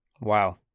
Wow